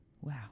Wow